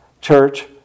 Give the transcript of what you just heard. church